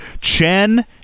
Chen